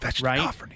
right